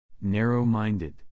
Narrow-minded